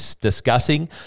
discussing